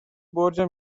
برج